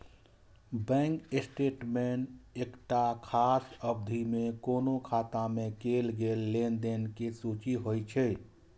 bank statement एकटा खास अवधि मे कोनो खाता मे कैल गेल लेनदेन के सूची होइ छै